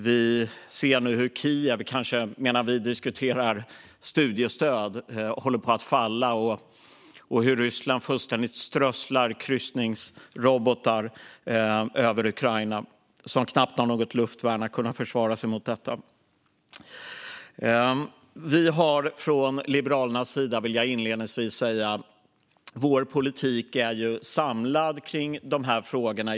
Vi ser nu hur Kiev håller på att falla - kanske medan vi diskuterar studiestöd - och hur Ryssland fullkomligt strösslar kryssningsrobotar över Ukraina, som knappt har något luftvärn att försvara sig med mot detta. Vi har från Liberalernas sida en samlad politik för de här frågorna.